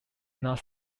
not